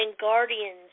guardians